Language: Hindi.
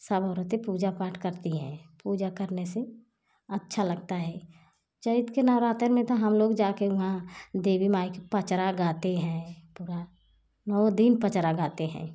सब औरतें पूजा पाठ करती हैं पूजा करने से अच्छा लगता है चैत्र के नवरात्र में तो हम लोग जाकर वहाँ देवी माई के पचरा गाते हैं पूरा ंऔ दिन पचरा गाते हैं